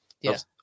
Yes